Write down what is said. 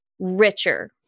richer